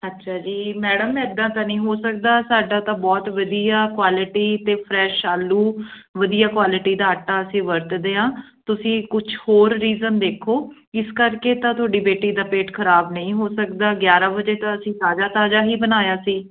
ਅੱਛਿਆ ਜੀ ਮੈਡਮ ਇੱਦਾਂ ਤਾਂ ਨਹੀਂ ਹੋ ਸਕਦਾ ਸਾਡਾ ਤਾਂ ਬਹੁਤ ਵਧੀਆ ਕੁਆਲਿਟੀ ਅਤੇ ਫਰੈੱਸ਼ ਆਲੂ ਵਧੀਆ ਕੁਆਲਿਟੀ ਦਾ ਆਟਾ ਅਸੀਂ ਵਰਤਦੇ ਹਾਂ ਤੁਸੀਂ ਕੁਛ ਹੋਰ ਰੀਜਨ ਦੇਖੋ ਇਸ ਕਰਕੇ ਤਾਂ ਤੁਹਾਡੀ ਬੇਟੀ ਦਾ ਪੇਟ ਖ਼ਰਾਬ ਨਹੀਂ ਹੋ ਸਕਦਾ ਗਿਆਰ੍ਹਾਂ ਵਜੇ ਤਾਂ ਅਸੀਂ ਤਾਜ਼ਾ ਤਾਜ਼ਾ ਹੀ ਬਣਾਇਆ ਸੀ